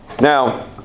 Now